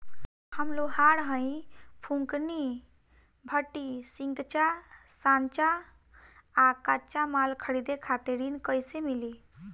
हम लोहार हईं फूंकनी भट्ठी सिंकचा सांचा आ कच्चा माल खरीदे खातिर ऋण कइसे मिली?